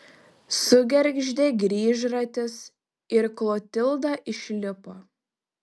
sugergždė grįžratis ir klotilda išlipo